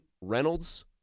Reynolds